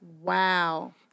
Wow